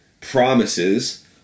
promises